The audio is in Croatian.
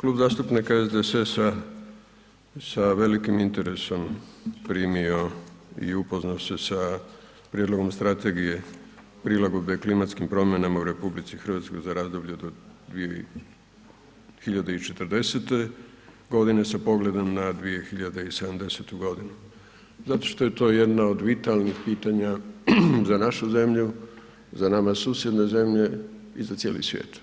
Klub zastupnika SDSS-a sa velik interesom primio i upoznao se sa Prijedlogom Strategije prilagodbe klimatskim promjenama u RH za razdoblje do 2040. godine sa pogledom na 2070. godinu, zato što je to jedna od vitalnih pitanja za našu zemlju, za nama susjedne zemlje i za cijeli svijet.